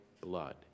blood